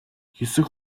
хэсэг